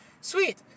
sweet